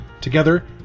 Together